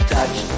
Touch